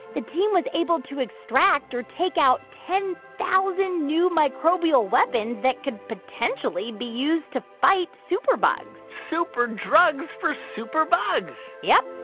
the team was able to extract or take out ten thousand new microbial weapons that could potentially be used to fight superbugs super drugs for superbugs yup.